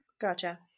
gotcha